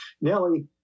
Nellie